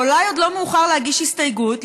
אולי עוד לא מאוחר להגיש הסתייגות,